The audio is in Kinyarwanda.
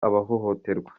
abahohoterwa